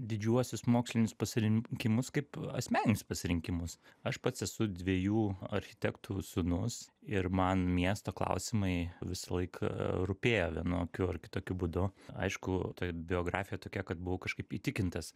didžiuosius mokslinius pasirinkimus kaip asmeninius pasirinkimus aš pats esu dviejų architektų sūnus ir man miesto klausimai visąlaik rūpėjo vienokiu ar kitokiu būdu aišku ta biografija tokia kad buvau kažkaip įtikintas